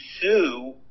sue